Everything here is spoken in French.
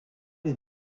est